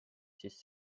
siis